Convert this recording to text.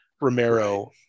Romero